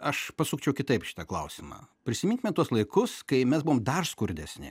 aš pasukčiau kitaip šitą klausimą prisiminkime tuos laikus kai mes buvom dar skurdesni